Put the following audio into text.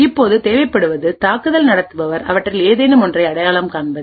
இப்போது தேவைப்படுவது தாக்குதல் நடத்துபவர் அவற்றில் ஏதேனும் ஒன்றை அடையாளம் காண்பது